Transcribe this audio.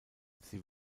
sie